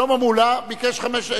שלמה מולה ביקש חמש,